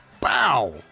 Bow